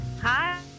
Hi